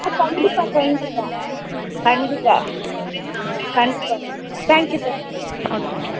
ஆ கண்டிப்பாக கண்டிப்பாக கண்டிப்பாக கண்டிப்பாக தேங்க்யூ தேங்க்யூ ஓகே